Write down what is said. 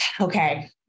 okay